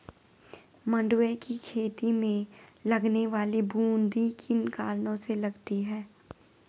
मंडुवे की खेती में लगने वाली बूंदी किन कारणों से लगती है?